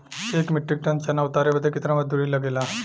एक metric ton चना उतारे बदे कितना मजदूरी लगे ला?